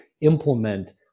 implement